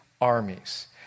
armies